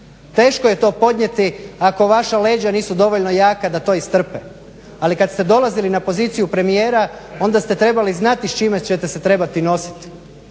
Teško je to podnijeti ako vaša leđa nisu dovoljno jaka da to istrpe, ali kad ste dolazili na poziciju premijera. Onda ste trebali znati s čime ćete se trebati nositi.